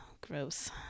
Gross